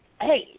hey